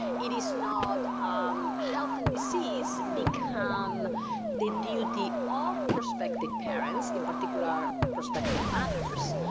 it is not um health and disease become the duty of prospective parents, in particular prospective mothers,